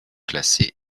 classés